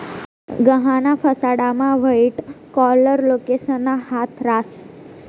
गहाण फसाडामा white collar लोकेसना हात रास